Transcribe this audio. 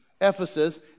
Ephesus